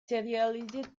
serialized